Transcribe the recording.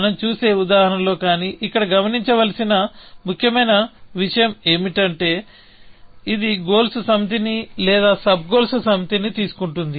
మనం చూసే ఉదాహరణలో కానీ ఇక్కడ గమనించవలసిన ముఖ్యమైన విషయం ఏమిటంటే ఇది గోల్స్ సమితిని లేదా సబ్ గోల్స్ సమితిని తీసుకుంటుంది